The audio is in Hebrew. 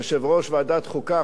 יושב-ראש ועדת החוקה,